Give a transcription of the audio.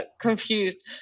confused